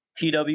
tw